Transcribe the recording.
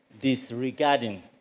disregarding